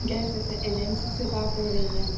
gas agency سے بات ہو رہی ہے